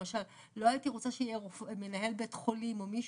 למשל לא הייתי רוצה שיהיה מנהל בית חולים או מישהו.